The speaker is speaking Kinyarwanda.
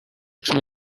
cumi